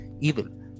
evil